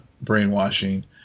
brainwashing